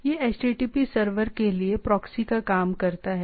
यह HTTP server के लिए प्रॉक्सी का काम करता है